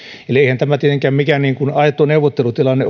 eli eihän tämä tietenkään mikään aito neuvottelutilanne